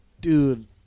dude